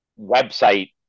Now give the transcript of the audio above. website